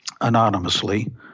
anonymously